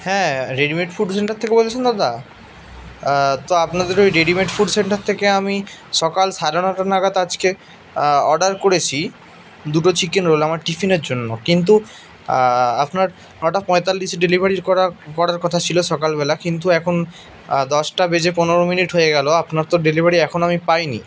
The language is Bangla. হ্যাঁ রেডিমেড ফুড সেন্টার থেকে বলছেন দাদা তো আপনাদের ঐ রেডিমেড ফুড সেন্টার থেকে আমি সকাল সাড়ে নটা নাগাদ আজকে অর্ডার করেছি দুটো চিকেন রোল আমার টিফিনের জন্য কিন্তু আপনার নটা পঁয়তাল্লিশে ডেলিভারির করা করার কথা ছিল সকালবেলা কিন্তু এখন দশটা বেজে পনেরো মিনিট হয় গেল আপনার তো ডেলিভারি এখনও আমি পাই নি